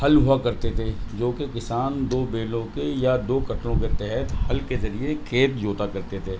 ہل ہوا کرتے تھے جو کہ کسان دو بیلوں کے یا دو کتوں کے تحت ہل کے ذریعے کھیت جوتا کرتے تھے